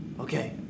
Okay